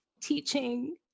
teaching